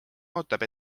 ootab